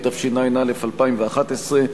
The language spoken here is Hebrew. התשע"א 2011,